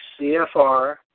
CFR